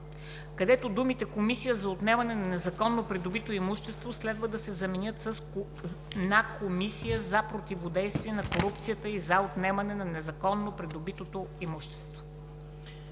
където думите „Комисия за отнемане на незаконно придобито имущество“ следва да се заменят с „на Комисия за противодействие на корупцията и за отнемане на незаконно придобитото имущество“.